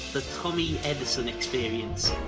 the tommy edison experience.